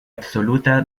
absoluta